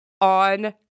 on